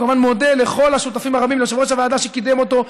אני כמובן מודה לכל השותפים הרבים: ליושב-ראש הוועדה שקידם אותו,